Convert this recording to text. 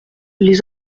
les